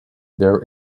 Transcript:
there